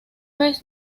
vez